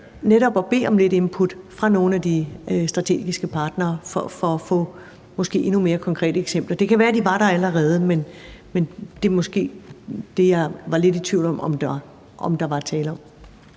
netop at bede om lidt input fra nogle af de strategiske partnere for at få måske endnu mere konkrete eksempler? Det kan være, at de er der allerede, men det er det, jeg er lidt i tvivl om. Kl.